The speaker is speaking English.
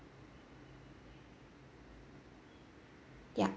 ya